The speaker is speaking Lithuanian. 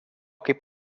kaip